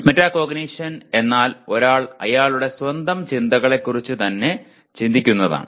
metacognition എന്നാൽ ഒരാൾ അയാളുടെ സ്വന്തം ചിന്തകളെക്കുറിച്ചു തന്നെ ചിന്തിക്കുന്നതാണ്